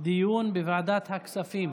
דיון בוועדת הכספים.